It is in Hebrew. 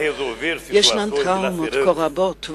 ישנן טראומות כה רבות,